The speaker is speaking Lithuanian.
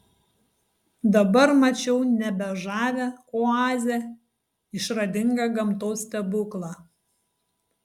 dabar mačiau nebe žavią oazę išradingą gamtos stebuklą